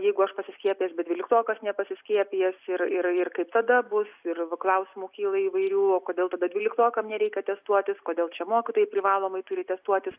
jeigu aš pasiskiepęs bet dvyliktokas nepasiskiepijęs ir ir kaip tada bus ir klausimų kyla įvairių o kodėl tada dvyliktokam nereikia testuotis kodėl čia mokytojai privalomai turi atestuotis